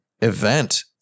event